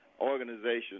organization